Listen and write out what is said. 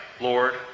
Lord